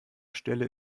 stelle